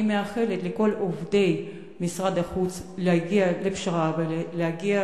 אני מאחלת לכל עובדי משרד החוץ להגיע לפשרה ולהגיע